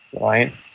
Right